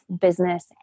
business